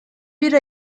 bir